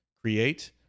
create